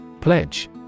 Pledge